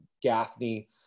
Gaffney